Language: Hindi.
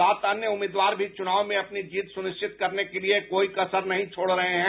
सात अन्य उम्मीदवार भी चुनाव में अपनी जीत सुनिश्चित करने के लिए कोई कसर नहीं छोड रहे हैं